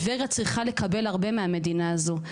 טבריה צריכה לקבל הרבה מהמדינה הזאת.